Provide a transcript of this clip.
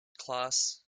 class